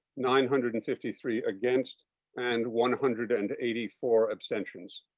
nine hundred and fifty three against and one hundred and eighty four abstentions.